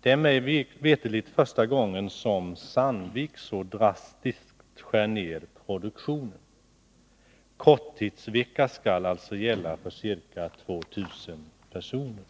Det är mig veterligt första gången som Sandvik AB så drastiskt skär ner produktionen. Korttidsvecka skall alltså gälla för ca 2000 personer.